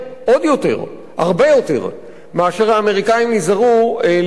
הרבה יותר מאשר נזהרו האמריקנים לפני האסון במפרץ מקסיקו.